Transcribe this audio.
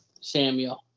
Samuel